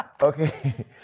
Okay